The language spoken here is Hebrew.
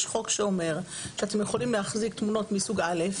חוק שאומר שאתם יכולים להחזיק תמונות מסוג א',